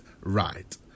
right